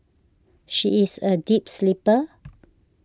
she is a deep sleeper